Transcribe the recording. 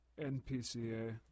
NPCA